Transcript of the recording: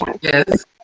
Yes